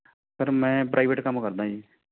sir ਮੈਂ private ਕੰਮ ਕਰਦਾ ਜੀ